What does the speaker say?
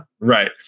Right